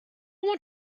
want